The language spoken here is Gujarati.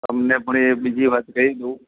તમને પણ એ બીજી વાત કહી દઉં